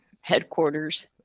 Headquarters